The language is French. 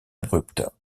abrupte